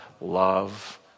love